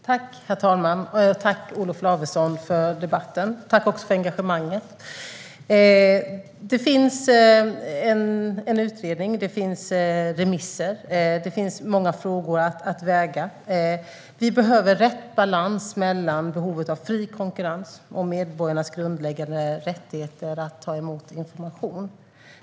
Herr talman! Jag tackar Olof Lavesson för debatten och för engagemanget. Det finns en utredning. Det finns remisser. Det finns många frågor att avväga. Vi behöver rätt balans mellan behovet av fri konkurrens och medborgarnas grundläggande rättigheter att ta emot information.